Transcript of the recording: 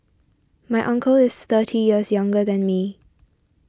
my uncle is thirty years younger than me